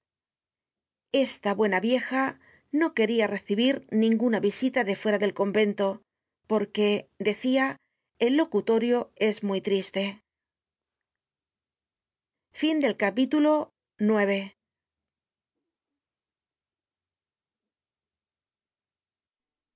esta buena vieja no quería recibir ninguna visita de fuera del convento porque decia él locutorio es muy triste